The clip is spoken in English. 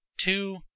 two